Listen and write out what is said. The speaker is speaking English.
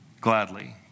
gladly